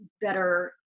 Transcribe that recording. better